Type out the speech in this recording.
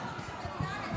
אתה רוצה להגיב?